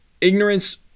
ignorance